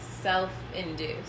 self-induced